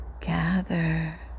gather